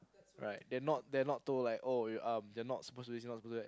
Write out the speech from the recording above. right they are not they are not to like oh you are um you are not supposed to be this kind of person right